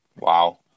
wow